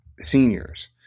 seniors